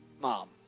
mom